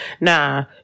Nah